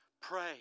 pray